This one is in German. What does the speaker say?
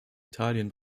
italien